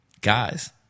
guys